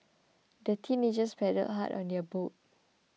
the teenagers paddled hard on their boat